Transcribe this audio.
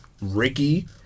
Ricky